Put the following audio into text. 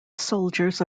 soldiers